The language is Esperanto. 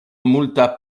multa